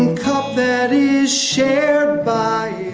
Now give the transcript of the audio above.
and cup that is shared by